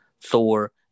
Thor